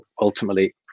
Ultimately